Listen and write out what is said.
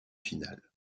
finales